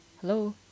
Hello